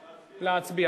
להצביע.